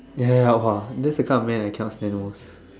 ya ya ya !wah! that's the man I cannot stand most